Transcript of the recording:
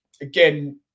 again